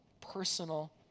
personal